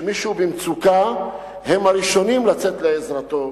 כשמישהו במצוקה, הם הראשונים לצאת לעזרתו,